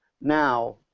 now